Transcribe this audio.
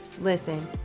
Listen